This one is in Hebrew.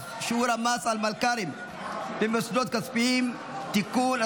(שיעור המס על מלכ"רים ומוסדות כספיים) (תיקון),